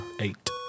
Eight